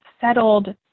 settled